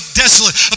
desolate